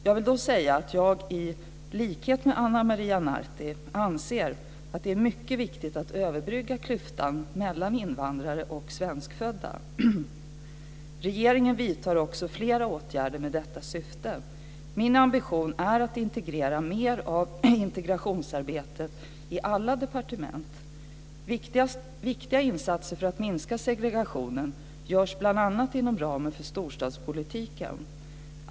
Jag vill då säga att jag i likhet med Ana Maria Narti anser att det är mycket viktigt att överbrygga klyftan mellan invandrare och svenskfödda. Regeringen vidtar också flera åtgärder med detta syfte. Min ambition är att integrera mer av integrationsarbetet i alla departement. Viktiga insatser för att minska segregationen görs bl.a. inom ramen för storstadspolitiken.